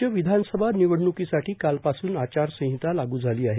राज्य विधानसभा निवडण्कीसाठी कालपासून आचारसंहिता लागू झाली आहे